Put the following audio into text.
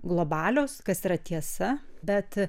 globalios kas yra tiesa bet